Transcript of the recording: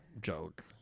joke